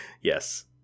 Yes